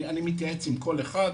אני מתייעץ עם כל אחד,